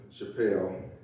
Chappelle